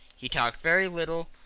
he talked very little,